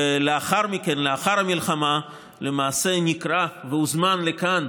ולאחר המלחמה נקרא והוזמן לכאן,